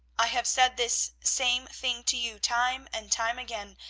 i have said this same thing to you time and time again,